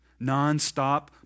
nonstop